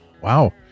Wow